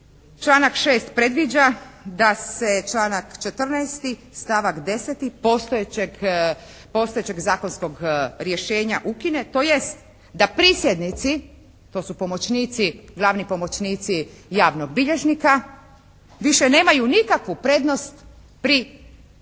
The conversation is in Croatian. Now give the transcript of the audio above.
članak 6. predviđa da se članak 14. stavak 10. postojećeg zakonskog rješenja ukine, tj. da prisjednici, to su pomoćnici, glavni pomoćnici javnog bilježnika, više nemaju nikakvu prednost pri